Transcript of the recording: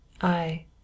I